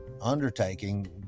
undertaking